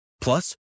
Plus